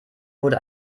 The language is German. wurde